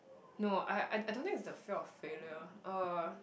no I I don't think it was the fear of failure uh